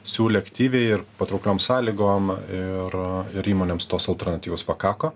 siūlė aktyviai ir patraukliom sąlygom ir ir įmonėms tos alternatyvos pakako